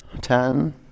Ten